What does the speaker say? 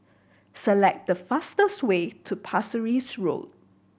select the fastest way to Pasir Ris Road